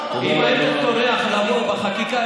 אם היית טורח לבוא בחקיקה,